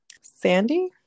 sandy